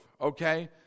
Okay